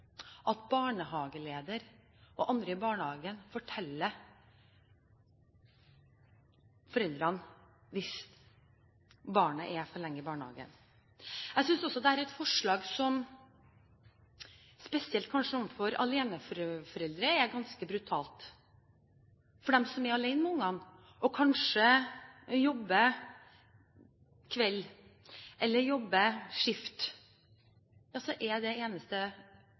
at barnehageleder og andre i barnehagen forteller foreldrene hvis barnet er for lenge i barnehagen. Jeg synes også det er et forslag som, kanskje spesielt overfor aleneforeldre, er ganske brutalt. For dem som er alene med barna, og kanskje jobber kveld eller jobber skift, er kanskje den eneste